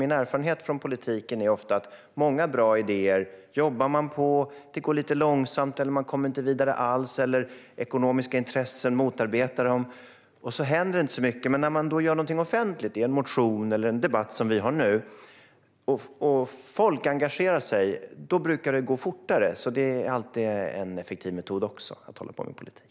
Min erfarenhet från politiken är ofta att man jobbar med många bra idéer, det går lite långsamt eller så kommer man inte vidare alls. Eller också motarbetas de av ekonomiska intressen, och så händer det inte så mycket. Men när man då gör något offentligt - i en motion eller i en sådan debatt som vi har nu - och när folk engagerar sig brukar det gå fortare. Det är alltid en effektiv metod när man håller på med politik.